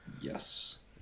Yes